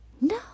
No